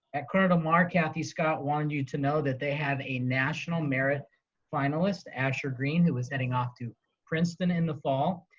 at corona del mar, kathy scott wanted you to know that they have a national merit finalist, asher green, who was heading off to princeton in the fall.